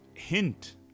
hint